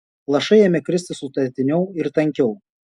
lašai ėmė kristi sutartiniau ir tankiau